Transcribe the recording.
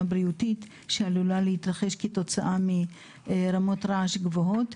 הבריאותית שעלולה להתרחש כתוצאה מרמות רעש גבוהות,